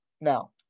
Now